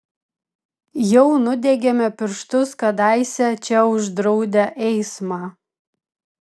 jau nudegėme pirštus kadaise čia uždraudę eismą